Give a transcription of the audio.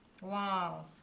Wow